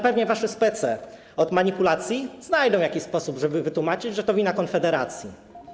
Pewnie wasi spece od manipulacji znajdą jakiś sposób, żeby wytłumaczyć, że to wina Konfederacji.